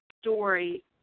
story